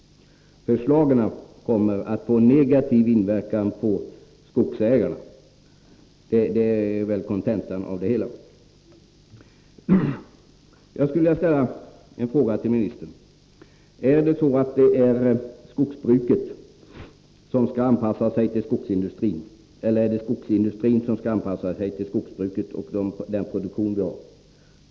Förslagen kommer att få negativ inverkan på skogsägarna. Det är väl kontentan av det hela. Jag skulle vilja ställa en fråga till jordbruksministern: Är det skogsbruket som skall anpassa sig till skogsindustrin eller är det skogsindustrin som skall anpassa sig till skogsbruket och den produktion vi har?